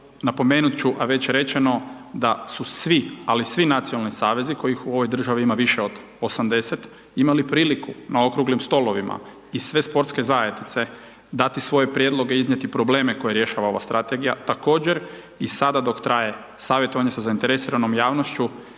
napomenuti ću, a već rečeno, da su svi, ali svi nacionalni savezi, kojih u ovoj državi ima više od 80 imali priliku na okruglim stolovima i sve sportske zajednice dati svoje prijedloge i iznijeti probleme koje rasipava ova strategija, također i sada dok traje savjetovanje sa zainteresiranom javnošću,